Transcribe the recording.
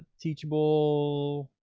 teachable.